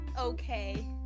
okay